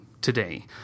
today